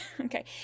Okay